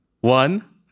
One